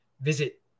visit